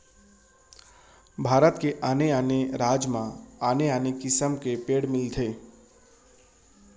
भारत के आने आने राज म आने आने किसम के पेड़ मिलथे